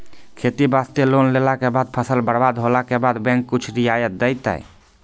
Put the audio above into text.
खेती वास्ते लोन लेला के बाद फसल बर्बाद होला के बाद बैंक कुछ रियायत देतै?